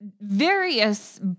various